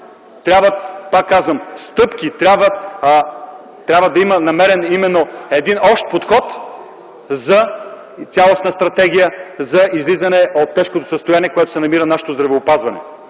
и да бъде намерен общ подход за цялостна стратегия за излизане от тежкото състояние, в което се намира нашето здравеопазване.